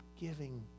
giving